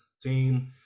team